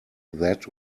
that